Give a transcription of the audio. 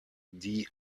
die